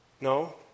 No